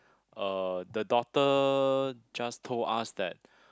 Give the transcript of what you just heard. uh the doctor just told us that